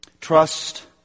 Trust